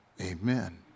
amen